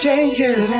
Changes